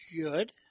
good